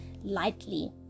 lightly